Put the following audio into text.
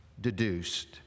deduced